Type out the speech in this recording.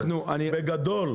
בגדול,